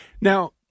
Now